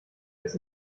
des